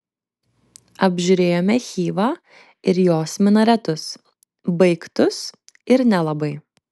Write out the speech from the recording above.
apžiūrėjome chivą ir jos minaretus baigtus ir nelabai